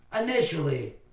Initially